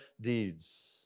deeds